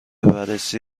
بررسی